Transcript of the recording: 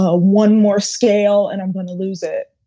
ah one more scale and i'm going to lose it.